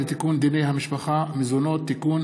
הצעת חוק לתיקון דיני המשפחה (מזונות) (תיקון,